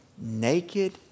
Naked